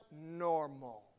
normal